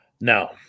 Now